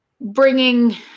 bringing